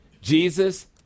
Jesus